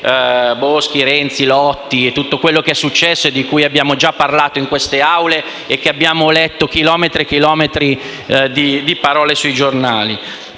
Boschi, Renzi, Lotti, a tutto quello che è successo, di cui abbiamo già parlato in queste Aule e su cui abbiamo letto chilometri e chilometri di parole sui giornali;